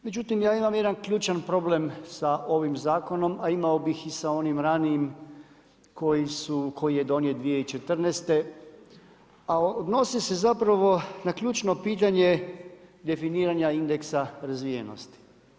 Međutim ja imam jedan ključan problem sa ovim zakonom, a imao bih i sa onim ranijim koji je donijet 2014., a odnosi se na ključno pitanje definiranje indeksa razvijenosti.